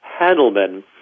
Handelman